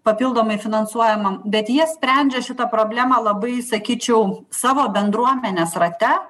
papildomai finansuojamam bet jie sprendžia šitą problemą labai sakyčiau savo bendruomenės rate